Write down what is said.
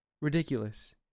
Ridiculous